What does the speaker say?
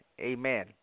amen